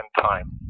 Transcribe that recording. time